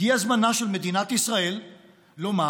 הגיע זמנה של מדינת ישראל לומר